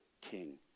king